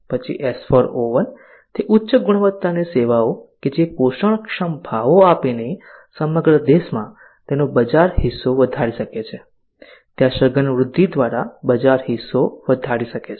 પછી S4 O1 તે ઉચ્ચ ગુણવત્તાની સેવાઓ કે જે પોષણક્ષમ ભાવો આપીને સમગ્ર દેશમાં તેનો બજાર હિસ્સો વધારી શકે છે ત્યાં સઘન વૃદ્ધિ દ્વારા બજાર હિસ્સો વધારી શકે છે